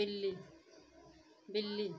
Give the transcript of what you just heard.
बिल्ली बिल्ली